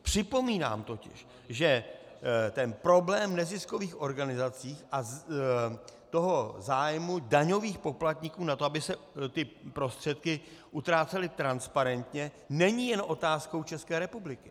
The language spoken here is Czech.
Připomínám totiž, že ten problém neziskových organizací a zájmu daňových poplatníků na tom, aby se ty prostředky utrácely transparentně, není jen otázkou České republiky.